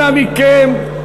אנא מכם,